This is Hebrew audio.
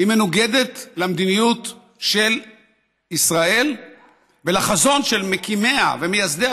למדיניות של ישראל ולחזון של מקימיה ומייסדיה,